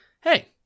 hey